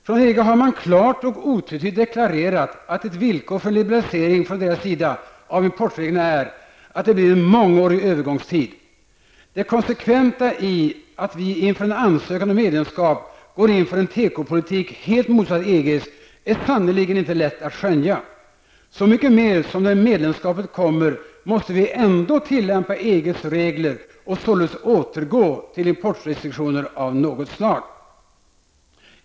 Från EG har man klart och otvetydligt deklarerat att ett villkor för liberalisering från EGs sida av importreglerna är att det blir en mångårig övergångstid. Det konsekventa i att vi inför en ansökan om medlemskap driver en tekopolitik helt motsatt EGs är sannerligen inte lätt att skönja! Så mycket mer som vi ändå måste när medlemskapet är verklighet tillämpa EGs regler och således återgå till importrestriktioner av något slag.